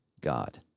God